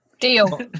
deal